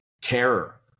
terror